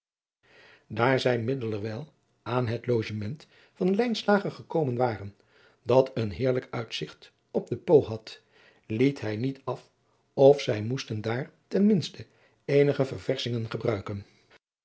daar zij middelerwijl aan het logement van lijnslager gekomen waren dat een heerlijk uitzigt op den po had liet hij niet af of zij moesten daar ten minste eenige ververschingen gebruiken